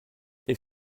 est